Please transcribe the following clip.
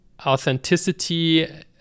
authenticity